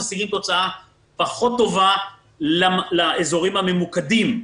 משיגים תוצאה פחות טובה לאזורים הממוקדים,